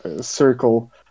Circle